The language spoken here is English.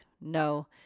no